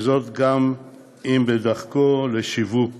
וזאת גם אם בדרכו לשיווק